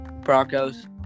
Broncos